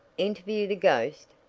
interview the ghost?